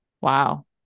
Wow